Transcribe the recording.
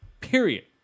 Period